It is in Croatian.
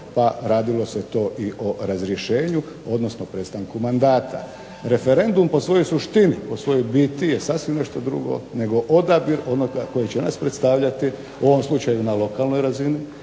pa radilo se to i o razrješenju, odnosno prestanku mandata. Referendum po svojoj suštini, po svojoj biti je sasvim nešto drugo nego odabir onoga koji će nas predstavljati, u ovom slučaju na lokalnoj razini,